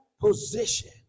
position